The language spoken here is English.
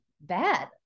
bad